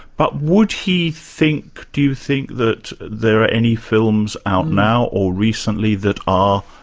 but would he think, do you think, that there are any films out now or recently that are,